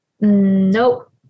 nope